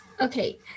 okay